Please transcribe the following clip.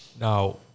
Now